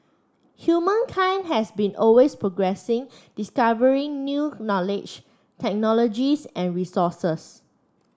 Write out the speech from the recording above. humankind has been always progressing discovering new knowledge technologies and resources